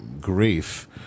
grief